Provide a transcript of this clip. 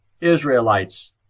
Israelites